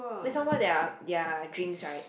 wait some more their their drinks right